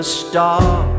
stop